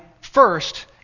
first